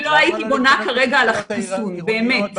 אני לא הייתי בונה כרגע על החיסון, באמת.